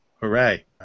Hooray